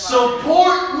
Support